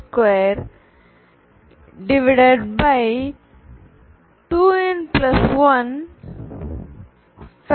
22n1